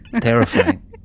Terrifying